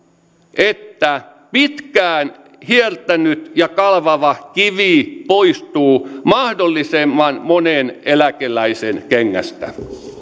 että pitkään hiertänyt ja kalvava kivi poistuu mahdollisimman monen eläkeläisen kengästä